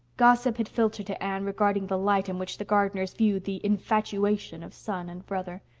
gossip had filtered to anne regarding the light in which the gardners viewed the infatuation of son and brother.